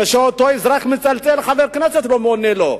כשאותו אזרח מצלצל לחבר כנסת, הוא לא עונה לו,